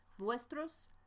vuestros